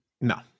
no